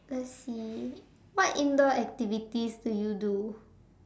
let's see what indoor activities do you do